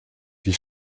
die